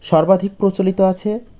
সর্বাধিক প্রচলিত আছে